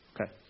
Okay